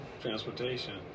Transportation